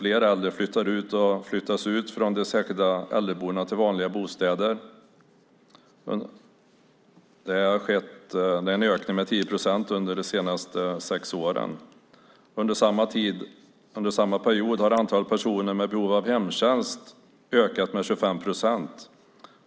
Fler äldre flyttas ut från särskilda äldreboenden till vanliga bostäder. Det har skett en ökning med 10 procent under de senaste sex åren. Under samma period har antalet personer med behov av hemtjänst ökat med 25 procent.